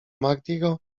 mahdiego